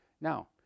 Now